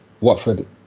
Watford